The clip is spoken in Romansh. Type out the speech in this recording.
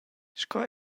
sco